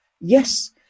Yes